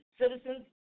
citizens